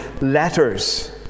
letters